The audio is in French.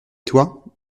toi